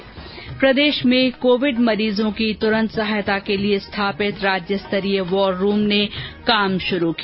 ्र प्रदेश में कोविड मरीजों के तुरंत सहायता के लिए स्थापित राज्य स्तरीय वॉर रूम ने काम शुरू किया